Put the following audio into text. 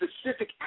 specific